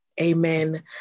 amen